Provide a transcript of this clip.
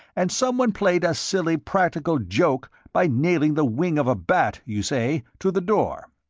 and someone played a silly practical joke by nailing the wing of a bat, you say, to the door.